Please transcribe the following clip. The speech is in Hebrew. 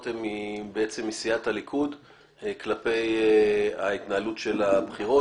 הן בעצם מסיעת הליכוד כלפי ההתנהלות של הבחירות.